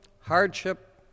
hardship